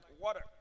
water